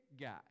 guy